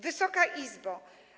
Wysoka Izbo!